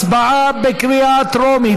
הצבעה בקריאה טרומית.